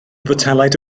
botelaid